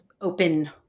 open